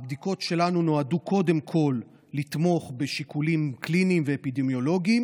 הבדיקות שלנו נועדו קודם כול לתמוך בשיקולים קליניים ואפידמיולוגיים,